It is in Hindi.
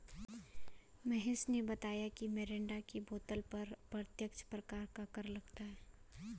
महेश ने बताया मिरिंडा की बोतल पर अप्रत्यक्ष प्रकार का कर लगता है